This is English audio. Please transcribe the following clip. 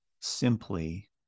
simply